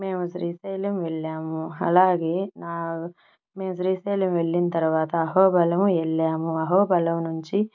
మేము శ్రీశైలం వెళ్ళాము అలాగే నా మేము శ్రీశైలం వెళ్ళిన తర్వాత అహోబిలం వెళ్ళాము అహోబిలం నుంచి